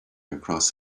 across